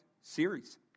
series